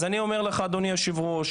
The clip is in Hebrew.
אני אומר לך אדוני היו"ר,